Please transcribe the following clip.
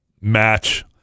match